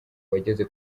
wageze